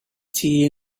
tea